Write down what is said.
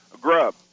grub